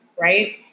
Right